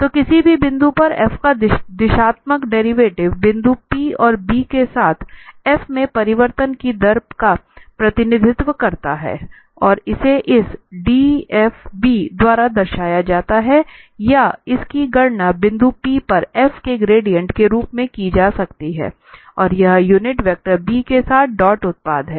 तो किसी भी बिंदु पर f का दिशात्मक डेरिवेटिव बिंदु p पर b के साथ f में परिवर्तन की दर का प्रतिनिधित्व करता है और इसे इस dbf द्वारा दर्शाया जाता है या और इसकी गणना बिंदु p पर f के ग्रेडिएंट के रूप में की जा सकती है और यह यूनिट वेक्टर B के साथ डॉट उत्पाद है